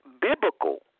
biblical